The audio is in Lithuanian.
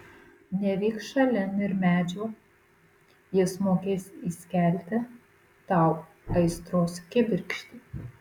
nevyk šalin ir medžio jis mokės įskelti tau aistros kibirkštį